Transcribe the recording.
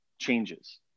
Changes